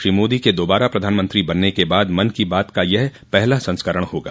श्री मोदी के दोबारा प्रधानमंत्री बनने के बाद मन की बात का यह पहला संस्करण होगा